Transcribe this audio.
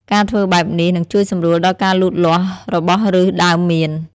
ការធ្វើបែបនេះ នឹងជួយសម្រួលដល់ការលូតលាស់របស់ឫសដើមមៀន។